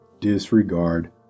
disregard